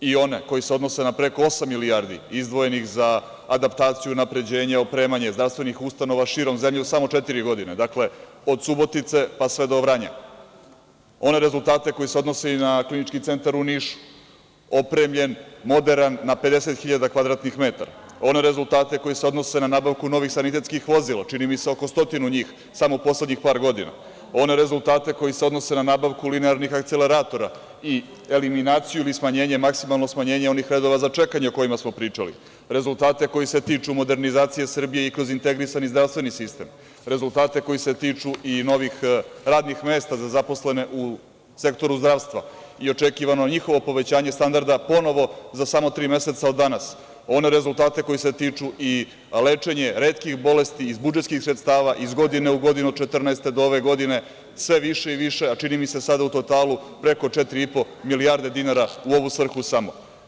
Podršku za one koji se odnose na preko osam milijardi izdvojenih za adaptaciju, unapređenje, opremanje zdravstvenih ustanova širom zemlje u samo četiri godine, dakle, od Subotice pa sve do Vranja; one rezultate koji se odnose i na Klinički centar u Nišu – opremljen, moderan, na 50 hiljada kvadratnih metara; one rezultate koji se odnose na nabavku novih sanitetskih vozila, čini mi se oko stotinu njih, samo u poslednjih par godina; one rezultate koji se odnose na nabavku linearnih akceleratora i eliminaciju ili smanjenje, maksimalno smanjenje onih redova za čekanje o kojima smo pričali; rezultate koji se tiču modernizacije Srbije i kroz integrisani zdravstveni sistem; rezultate koji se tiču i novih radnih mesta za zaposlene u sektoru zdravstva i očekivano njihovo povećanje standarda ponovo za samo tri meseca od danas; one rezultate koji se tiču i lečenja retkih bolesti iz budžetskih sredstava, iz godine u godinu, od 2014. do ove godine, sve više i više, a čini mi se sada u totalu preko četiri i po milijarde dinara u ovu svrhu samo.